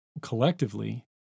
collectively